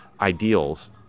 ideals